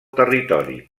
territori